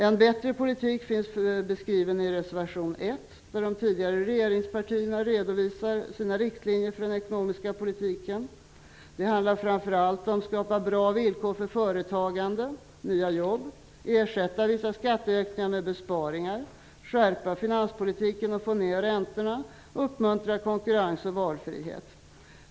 En bättre politik finns beskriven i reservation 1, där de tidigare regeringspartierna redovisar sina riktlinjer för den ekonomiska politiken. Det handlar framför allt om att skapa bra villkor för företagande och nya jobb, om att ersätta vissa skatteökningar med besparingar, om att skärpa finanspolitiken och få ned räntorna och om att uppmuntra konkurrens och valfrihet.